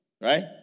right